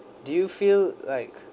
do you feel like